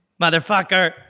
motherfucker